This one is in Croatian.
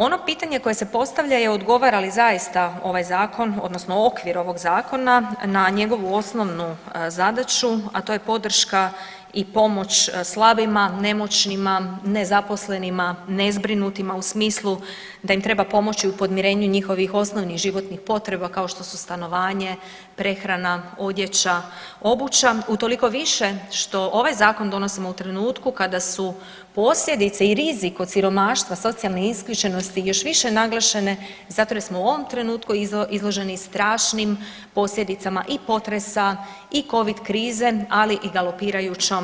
Ono pitanje koje se postavlja je odgovara li zaista ovaj zakon odnosno okvir ovog zakona na njegovu osnovnu zadaću, a to je podrška i pomoć slabima, nemoćnima, nezaposlenima, nezbrinutima u smislu da im treba pomoći u podmirenju njihovih osnovnih životnih potreba kao što su stanovanje, prehrana, odjeća, obuća utoliko više što ovaj zakon donosimo u trenutku kada su posljedice i rizik od siromaštva socijalne isključenosti još više naglašene zato jer smo u ovom trenutku izloženi strašnim posljedicama i potresa i covid krize, ali i galopirajućom